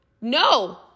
no